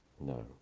No